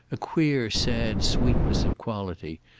a queer sad sweetness of quality,